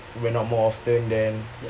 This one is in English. went out more often then